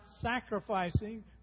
sacrificing